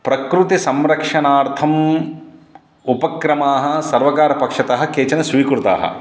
प्रकृतिसंरक्षणार्थम् उपक्रमाः सर्वकारपक्षतः केचन स्वीकृताः